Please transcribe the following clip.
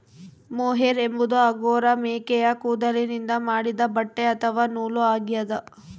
mohair ಎಂಬುದು Angora ಮೇಕೆಯ ಕೂದಲಿನಿಂದ ಮಾಡಿದ ಬಟ್ಟೆ ಅಥವಾ ನೂಲು ಆಗ್ಯದ